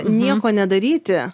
nieko nedaryti